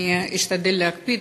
אני אשתדל להקפיד.